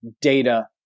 data